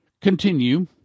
Continue